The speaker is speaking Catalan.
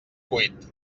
cuit